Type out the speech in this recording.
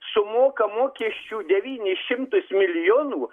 sumoka mokesčių devynis šimtus milijonų